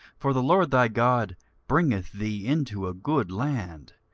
for the lord thy god bringeth thee into a good land,